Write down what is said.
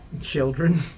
Children